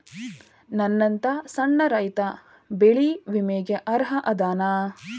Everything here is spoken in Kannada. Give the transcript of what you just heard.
ನನ್ನಂತ ಸಣ್ಣ ರೈತಾ ಬೆಳಿ ವಿಮೆಗೆ ಅರ್ಹ ಅದನಾ?